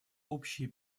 общие